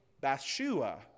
Bathsheba